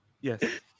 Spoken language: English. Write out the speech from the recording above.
Yes